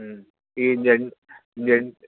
ഈ ഞണ്ട് ഞണ്ട്